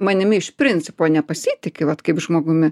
manimi iš principo nepasitiki vat kaip žmogumi